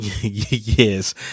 yes